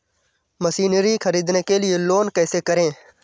Machinery ख़रीदने के लिए लोन कैसे करें?